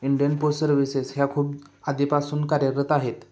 Indian post services ह्या खूप आधीपासून कार्यरत आहेत